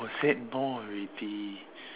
I said no already